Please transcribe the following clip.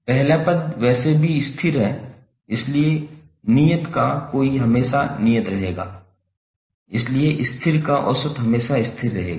पहला पद वैसे भी स्थिर है इसलिए स्थिर का औसत हमेशा स्थिर रहेगा